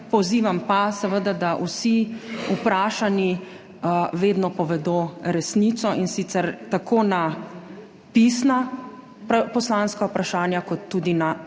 Pozivam pa seveda, da vsi vprašani vedno povedo resnico, in sicer tako na pisna poslanska vprašanja kot tudi na ustna